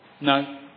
No